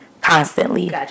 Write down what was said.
constantly